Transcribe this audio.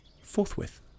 forthwith